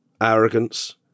arrogance